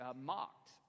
mocked